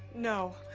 no.